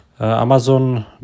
Amazon